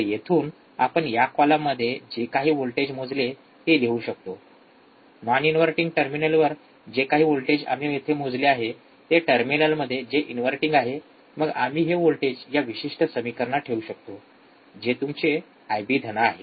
तर येथून आपण या कॉलममध्ये जे काही व्होल्टेज मोजले ते लिहू शकतो नॉन इनव्हर्टिंग टर्मिनलवर जे काही व्होल्टेज आम्ही येथे मोजले आहे ते टर्मिनलमध्ये जे इन्व्हर्टिंग आहे मग आम्ही हे व्होल्टेज या विशिष्ट समीकरणात ठेवू शकतो जे तुमचे आयबी धन IB आहे